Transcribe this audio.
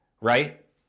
right